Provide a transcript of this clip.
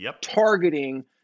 targeting